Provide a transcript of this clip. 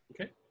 Okay